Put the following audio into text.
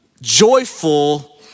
joyful